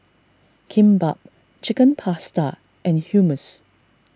Kimbap Chicken Pasta and Hummus